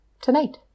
tonight